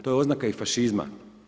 To je oznaka i fašizma.